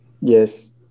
yes